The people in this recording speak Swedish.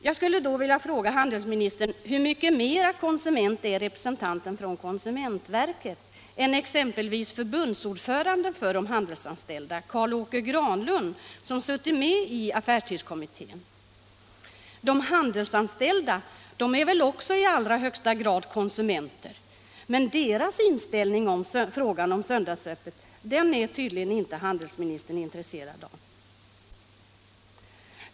Jag skulle vilja fråga handelsministern: Hur mycket mera konsument är representanten från konsumentverket än exempelvis förbundsordföranden för de handelsanställda, Karl-Åke Granlund, som suttit med i affärstidskommittén? De handelsanställda är väl i allra högsta grad konsumenter, men deras inställning till frågan om söndagsöppet är handelsministern tydligen inte intresserad av.